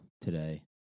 today